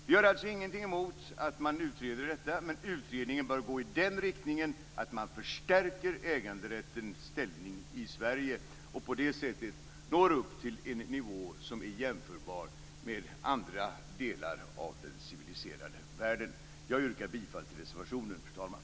Vi har alltså ingenting emot att man utreder detta, men utredningen bör gå i den riktningen att man förstärker äganderättens ställning i Sverige och på det sättet når upp till en nivå som är jämförbar med nivån i andra delar av den civiliserade världen. Jag yrkar bifall till reservationen, fru talman.